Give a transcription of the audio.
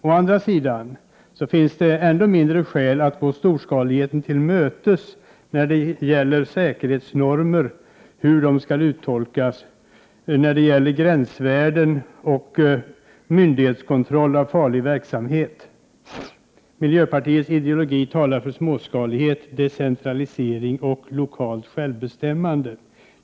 Å andra sidan finns det ännu mindre skäl att gå storskaligheten till mötes när den kräver att säkerhetsnormer skall urholkas, att gränsvärden skall höjas och att kontrollen av farliga verksamheter skall läggas i företagens egna händer. Miljöpartiets ideologi talar för småskalighet, decentralisering och lokalt självbestämmande.